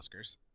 Oscars